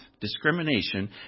discrimination